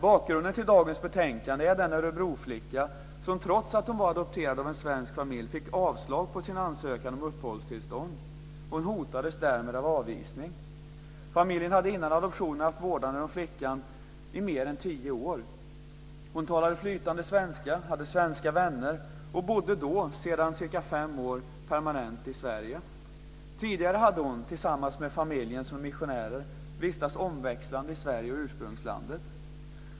Bakgrunden till dagens betänkande är den örebroflicka som trots att hon var adopterad av en svensk familj fick avslag på sin ansökan om uppehållstillstånd. Hon hotades därmed av avvisning. Familjen hade innan adoptionen haft vårdnaden om flickan i mer än tio år. Hon talade flytande svenska, hade svenska vänner och bodde då sedan cirka fem år permanent i Sverige. Tidigare hade hon tillsammans med familjen, som är missionärer, vistats omväxlande i Sverige och i ursprungslandet.